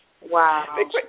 Wow